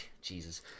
jesus